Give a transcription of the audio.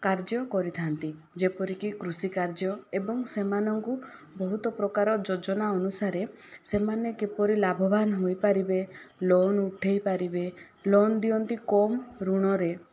କାର୍ଯ୍ୟ କରିଥାନ୍ତି ଯେପରିକି କୃଷି କାର୍ଯ୍ୟ ଓ ସେମାନଙ୍କୁ ବହୁତ ପ୍ରକାର ଯୋଜନା ଅନୁସାରେ ସେମାନେ କିପରି ଲାଭବାନ ହୋଇପାରିବେ ଲୋନ୍ ଉଠାଇପାରିବେ ଲୋନ୍ ଦିଅନ୍ତି କମ ଋଣରେ